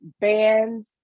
Bands